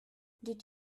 did